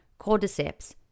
cordyceps